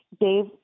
Dave